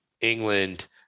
england